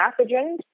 pathogens